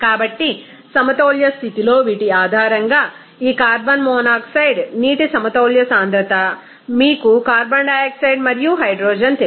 కాబట్టి సమతౌల్య స్థితిలో వీటి ఆధారంగా ఈ కార్బన్ మోనాక్సైడ్ నీటి సమతౌల్య సాంద్రత మీకు కార్బన్ డయాక్సైడ్ మరియు హైడ్రోజన్ తెలుసు